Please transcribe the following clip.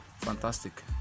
fantastic